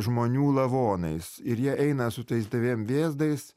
žmonių lavonais ir jie eina su tais dviem vėzdais